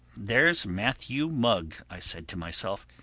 there's matthew mugg, i said to myself.